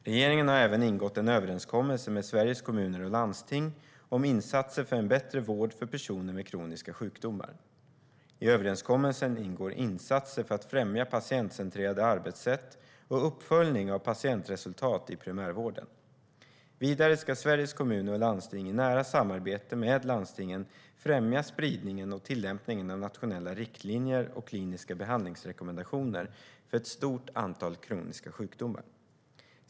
Regeringen har även ingått en överenskommelse med Sveriges Kommuner och Landsting om insatser för en bättre vård för personer med kroniska sjukdomar. I överenskommelsen ingår insatser för att främja patientcentrerade arbetssätt och uppföljning av patientresultat i primärvården. Vidare ska Sveriges Kommuner och Landsting i nära samarbete med landstingen främja spridningen och tillämpningen av nationella riktlinjer och kliniska behandlingsrekommendationer för ett stort antal kroniska sjukdomar.